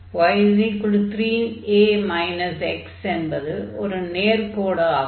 y3a x என்பது ஒரு நேர்க்கோடு ஆகும்